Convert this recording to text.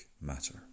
matter